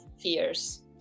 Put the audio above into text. fears